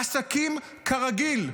עסקים כרגיל.